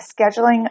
scheduling